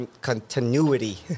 continuity